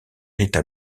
rita